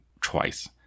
twice